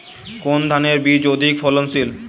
কোন ধানের বীজ অধিক ফলনশীল?